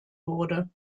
wurde